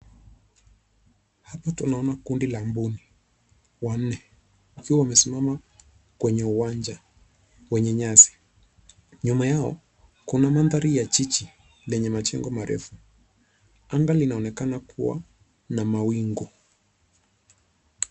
Hapa tunaona kundi la mbuni wanne wakiwa wamesimama kwenye uwanja wenye nyasi. Nyuma yao, kuna mandhari ya jiji lenye majengo marefu . Anga linaonekana kuwa lina mawingu.